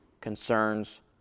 concerns